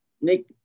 Nick